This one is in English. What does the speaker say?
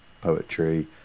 poetry